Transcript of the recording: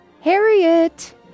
Harriet